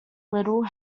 little